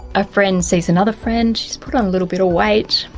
a friend sees another friend, she's put on a little bit of weight,